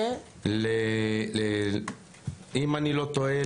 אם אני לא טועה,